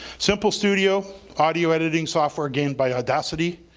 simple studio audio editing software again by audacity.